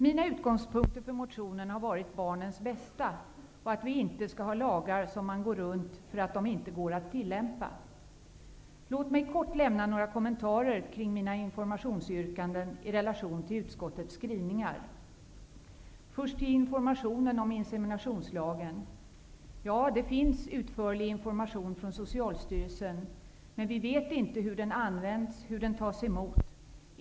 Mina utgångspunkter för motionen har varit barnens bästa och att vi inte skall ha lagar som man går runt för att de inte går att tillämpa. Låt mig kort lämna några kommentarer kring mina yrkanden om information i relation till utskottets skrivningar. Jag vill först säga något om informationen om inseminationslagen. Ja, det finns utförlig information från Socialstyrelsen. Men vi vet inte hur det används och tas emot.